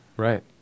Right